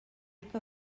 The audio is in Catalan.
que